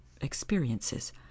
experiences